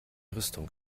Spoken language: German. rüstung